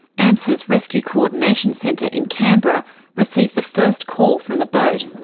amsa's rescue coordination centre in canberra received the first call from the boat.